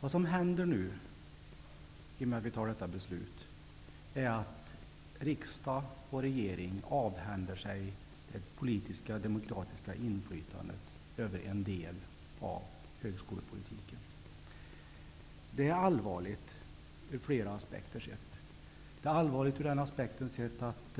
Vad som händer i och med att vi fattar detta beslut är att riksdag och regering avhänder sig det politiska, demokratiska inflytandet över en del av högskolepolitiken. Det är allvarligt sett ur flera aspekter. Det är allvarligt ur den aspekten att